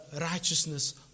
righteousness